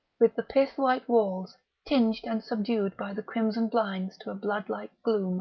with the pith-white walls tinged and subdued by the crimson blinds to a blood-like gloom